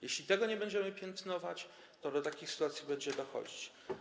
Jeśli tego nie będziemy piętnować, to do takich sytuacji będzie dochodzić.